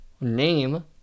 name